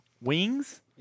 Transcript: Wings